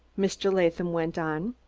mr. latham went on.